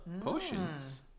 Potions